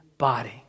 Body